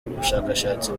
ubushashatsi